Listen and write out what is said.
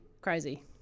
crazy